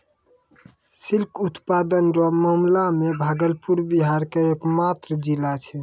silk उत्पादन रो मामला मे भागलपुर बिहार के एकमात्र जिला छै